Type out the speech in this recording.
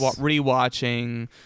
re-watching